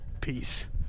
Peace